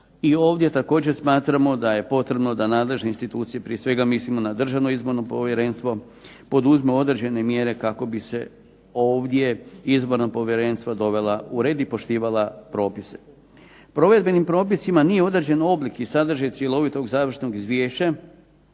I ovdje također smatramo da je potrebno da nadležne institucije, prije svega mislimo na državno izborno povjerenstvo poduzmu određene mjere kako bi se ovdje izborno povjerenstvo dovelo u red i poštivalo propise. Provedbenim propisima nije određen oblik i sadržaj cjelovitog završnog izvješća